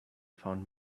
found